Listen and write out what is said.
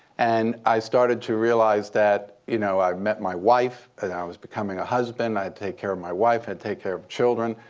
and i started to realize that you know i met my wife, and i was becoming a husband. i take care of my wife, i take care of children,